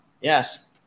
Yes